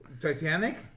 Titanic